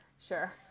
Sure